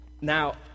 Now